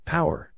Power